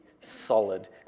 solid